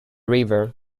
river